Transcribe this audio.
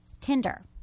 Tinder